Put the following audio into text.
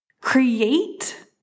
create